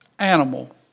animal